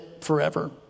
forever